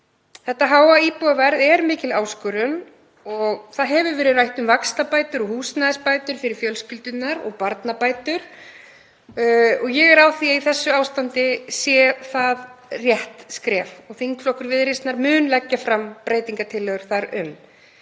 Hátt íbúðaverð er mikil áskorun og það hefur verið rætt um vaxtabætur og húsnæðisbætur fyrir fjölskyldurnar og barnabætur. Ég er á því að í þessu ástandi sé það rétt skref og þingflokkur Viðreisnar mun leggja fram breytingartillögur þar um.